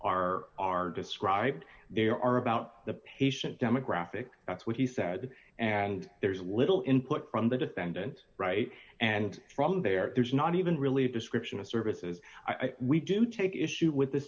are are described there are about the patient demographic that's what he said and there's little input from the defendant's right and from there there's not even really a description of services i we do take issue with the